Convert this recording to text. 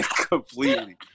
completely